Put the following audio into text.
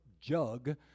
jug